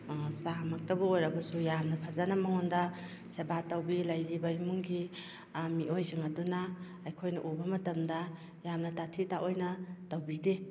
ꯆꯥ ꯃꯛꯇꯕꯨ ꯑꯣꯏꯔꯒꯁꯨ ꯌꯥꯝꯅ ꯐꯖꯅ ꯃꯉꯣꯟꯗ ꯁꯦꯕ ꯇꯧꯕꯤ ꯂꯩꯔꯤꯕ ꯏꯃꯨꯡꯒꯤ ꯃꯤꯑꯣꯏꯁꯤꯡ ꯑꯗꯨꯅ ꯑꯩꯈꯣꯏꯅ ꯎꯕ ꯃꯇꯝꯗ ꯌꯥꯝꯅ ꯇꯥꯊꯤ ꯇꯥꯑꯣꯏꯅ ꯇꯧꯕꯤꯗꯦ